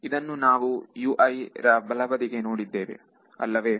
ಇದನ್ನು ನಾವು ರ ಬಲಬದಿಗೆ ನೋಡಿದ್ದೇವೆ ಅಲ್ಲವೇ